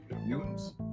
Mutants